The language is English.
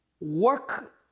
work